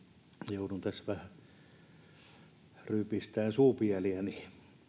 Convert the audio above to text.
joudun tässä vähän rypistämään suupieliäni